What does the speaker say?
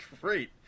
great